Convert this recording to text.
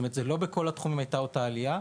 זאת אומרת, שלא בכל התחומים הייתה עלייה.